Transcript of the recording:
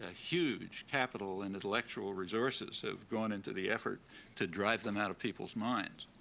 ah huge capital and intellectual resources have gone into the effort to drive them out of people's minds,